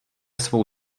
svou